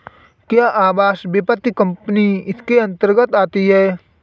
क्या आवास वित्त कंपनी इसके अन्तर्गत आती है?